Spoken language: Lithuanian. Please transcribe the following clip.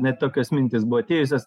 net tokios mintys buvo atėjusios